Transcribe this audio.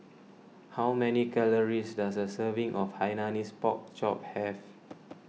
how many calories does a serving of Hainanese Pork Chop have